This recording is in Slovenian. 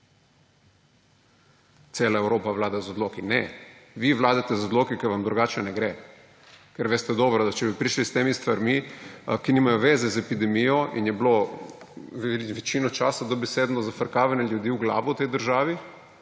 Cela Evropa vlada z odloki − ne, vi vladate z odloki, ker vam drugače ne gre, ker veste dobro, da če bi prišli s temi stvarmi, ki nimajo zveze z epidemijo in je bilo večino časa dobesedno zafrkavanje ljudi v glavo v tej državi: